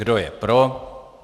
Kdo je pro?